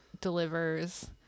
delivers